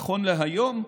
נכון להיום,